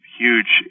huge